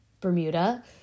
Bermuda